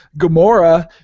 Gamora